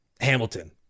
Hamilton